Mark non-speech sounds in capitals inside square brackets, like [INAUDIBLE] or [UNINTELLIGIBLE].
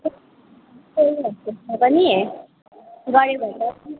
[UNINTELLIGIBLE] गर्यो भने त